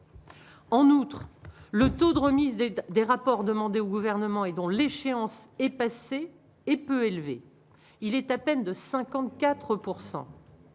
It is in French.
en outre, le taux de remise des aide des rapports demandés au gouvernement et dont l'échéance est passé et peu élevé, il est à peine de 54